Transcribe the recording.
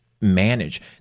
manage